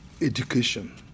education